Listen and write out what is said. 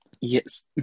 yes